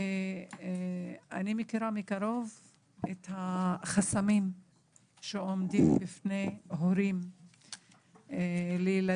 אני מכירה מקרוב את החסמים שעומדים בפני הורים לילדים.